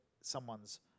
someone's